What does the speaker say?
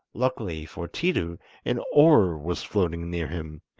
luckily for tiidu an oar was floating near him,